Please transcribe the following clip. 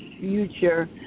future